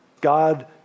God